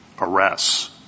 arrests